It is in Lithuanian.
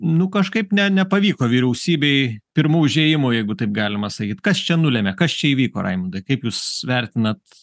nu kažkaip ne nepavyko vyriausybei pirmu užėjimu jeigu taip galima sakyt kas čia nulėmė kas čia įvyko raimundai kaip jūs vertinat